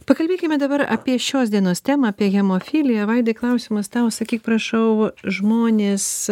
pakalbėkime dabar apie šios dienos temą apie hemofiliją vaidai klausimas tau sakyk prašau žmonės